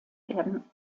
werden